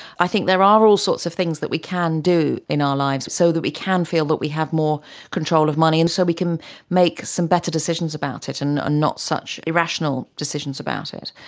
i think there are all sorts of things that we can do in our lives so that we can feel that we have more control of money, and so we can make some better decisions about it and not such irrational decisions about it,